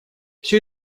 все